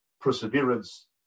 perseverance